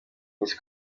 miss